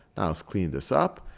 let's clean this up.